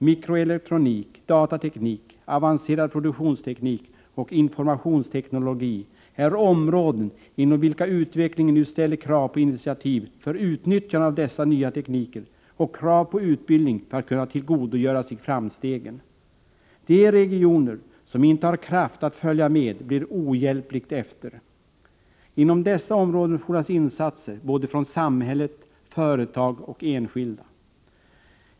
Mikroelektronik, datateknik, avancerad produktionsteknik och informationsteknologi är områden inom vilka utvecklingen nu ställer krav på initiativ för att man skall kunna utnyttja dessa nya tekniker och krav på utbildning, så att man skall kunna tillgodogöra sig framstegen. De regioner som inte har kraft att följa med blir ohjälpligt efter. Inom dessa områden fordras insatser från samhället, företag och enskilda.